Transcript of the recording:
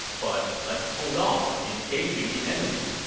but let's hold off on engaging the enemy.